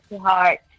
heart